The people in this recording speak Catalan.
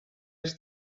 els